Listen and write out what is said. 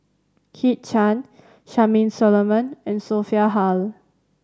Kit Chan Charmaine Solomon and Sophia Hull